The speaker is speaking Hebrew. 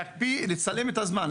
להקפיא ולצלם את הזמן,